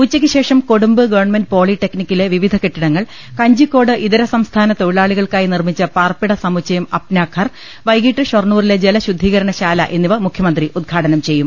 ഉച്ചക്കു ശേഷം കൊടുമ്പ് ഗവർണമെന്റ് പോളി ടെക്നിക്കിലെ വിവിധ കെട്ടിടങ്ങൾ കഞ്ചിക്കോട് ഇതര സംസ്ഥാന തൊഴിലാളികൾക്കായി നിർമിച്ച പാർപ്പിട സമുച്ചയം അപ്നാഘർ വൈകീട്ട് ഷൊർണ്ണൂരിലെ ജലശുദ്ധീകരണ ശാല എന്നിവ മുഖ്യമന്ത്രി ഉൽഘാടനം ചെയ്യും